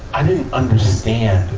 i didn't understand,